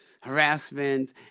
harassment